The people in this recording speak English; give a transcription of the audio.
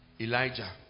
Elijah